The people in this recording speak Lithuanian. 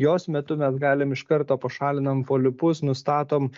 jos metu mes galim iš karto pašalinam polipus nustatom